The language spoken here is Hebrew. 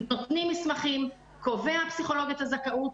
שבה נותנים מסמכים, פסיכולוג קובע את הזכאות.